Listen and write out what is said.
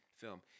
film